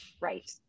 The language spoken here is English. Right